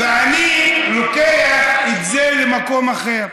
ואני לוקח את זה למקום אחר.